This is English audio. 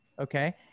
Okay